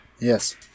Yes